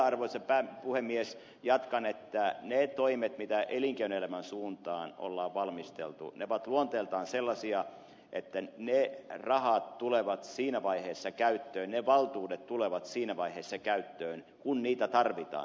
vielä arvoisa puhemies jatkan että ne toimet mitä elinkeinoelämän suuntaan on valmisteltu ovat luonteeltaan sellaisia että ne rahat tulevat siinä vaiheessa käyttöön ne valtuudet tulevat siinä vaiheessa käyttöön kun niitä tarvitaan